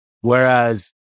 Whereas